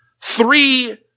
three